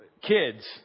Kids